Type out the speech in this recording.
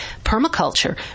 permaculture